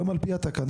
היום על פי התקנות,